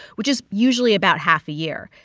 which is usually about half a year.